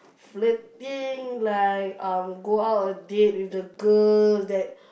flirting like uh go out on date with the girl that